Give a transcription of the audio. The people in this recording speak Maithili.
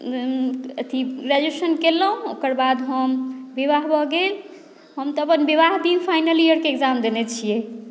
अथी ग्रेजुएशन केलहुँ ओकर बाद हम विवाह भऽ गेल हम तऽ अपन विवाह दिन फाइनल ईयरके एग्जाम देने छियै